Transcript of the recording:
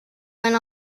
went